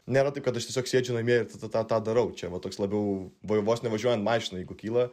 nėra taip kad aš tiesiog sėdžiu namie ir tada tą darau čia va toks labiau vos ne važiuojant mašina jeigu kyla